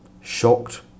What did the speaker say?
shocked